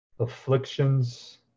afflictions